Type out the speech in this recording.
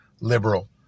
liberal